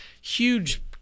huge